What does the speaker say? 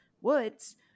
woods